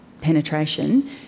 penetration